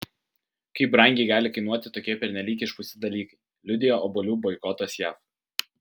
kaip brangiai gali kainuoti tokie pernelyg išpūsti dalykai liudija obuolių boikotas jav